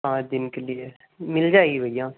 पाँच दिन के लिए मिल जाएगी भैया